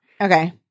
Okay